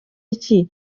iki